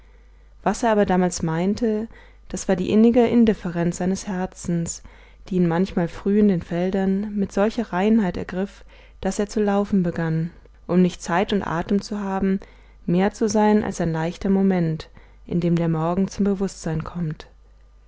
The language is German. was er aber damals meinte das war die innige indifferenz seines herzens die ihn manchmal früh in den feldern mit solcher reinheit ergriff daß er zu laufen begann um nicht zeit und atem zu haben mehr zu sein als ein leichter moment in dem der morgen zum bewußtsein kommt